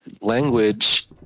language